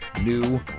New